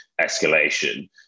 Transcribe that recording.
escalation